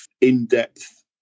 in-depth